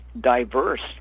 diverse